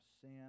sin